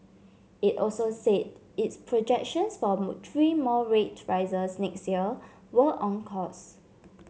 it also said its projections for three more rate rises next year were on course